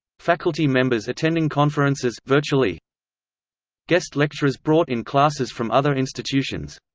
faculty members attending conferences virtually guest lecturers brought in classes from other institutions